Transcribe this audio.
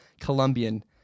Colombian